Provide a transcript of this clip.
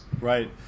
Right